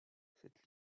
cette